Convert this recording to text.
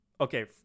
okay